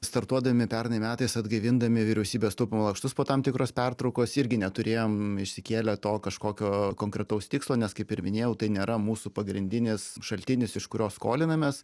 startuodami pernai metais atgaivindami vyriausybės taupymo lakštus po tam tikros pertraukos irgi neturėjom išsikėlę to kažkokio konkretaus tikslo nes kaip ir minėjau tai nėra mūsų pagrindinis šaltinis iš kurio skolinamės